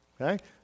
Okay